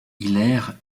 hilaire